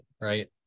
Right